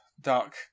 dark